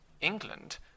England